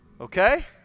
Okay